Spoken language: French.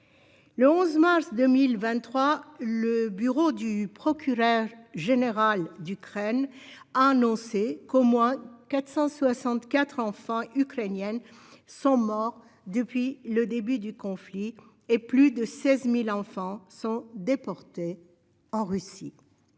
Le 11 mars 2023, le bureau du procureur général d'Ukraine a annoncé qu'au moins 464 enfants ukrainiens étaient morts depuis le début du conflit et que plus de 16 000 enfants avaient été déportés en Russie.